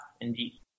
indeed